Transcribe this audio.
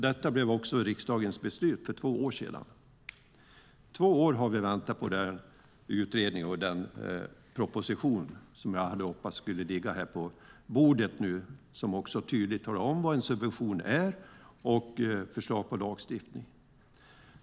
Detta blev också riksdagens beslut för två år sedan. I två år har vi väntat på den utredning och den proposition som jag hade hoppats skulle ligga här på bordet och tydligt tala om vad en subvention är och ge förslag till lagstiftning.